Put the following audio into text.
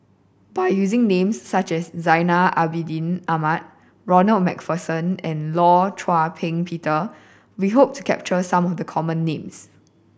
by using names such as Zainal Abidin Ahmad Ronald Macpherson and Law Shau Ping Peter we hope to capture some of the common names